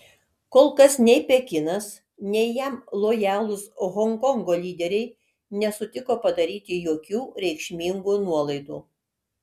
kol kas nei pekinas nei jam lojalūs honkongo lyderiai nesutiko padaryti jokių reikšmingų nuolaidų